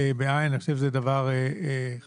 אני חושב שזה דבר חשוב.